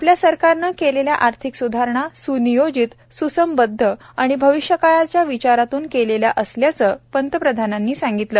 आपल्या सरकारनं केलेल्या आर्थिक सुधारणा सुनियोजित सुसंबद्ध आणि भविष्यकाळाचा विचारातून केलेल्या असल्याचं पंतप्रधानांनी सांगितलं